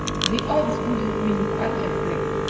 the odds would have been quite as great.